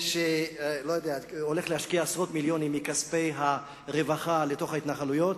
שהולך להשקיע עשרות מיליונים מכספי הרווחה בהתנחלויות.